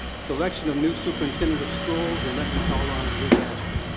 selection of new superintendent of schools. and let me call on ruth ashley.